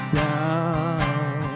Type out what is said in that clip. down